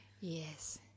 yes